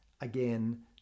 again